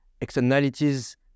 externalities